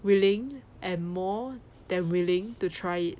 willing and more than willing to try it